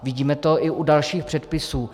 Vidíme to i u dalších předpisů.